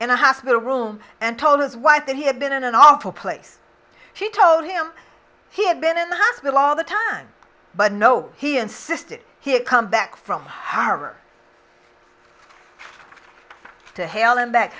in a hospital room and told his wife that he had been in an awful place she told him he had been in the hospital all the time but no he insisted he come back from harm or to hell and